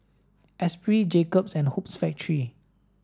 Espirit Jacob's and Hoops Factory